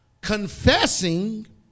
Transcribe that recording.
Confessing